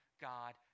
God